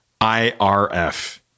IRF